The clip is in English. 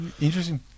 Interesting